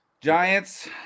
Giants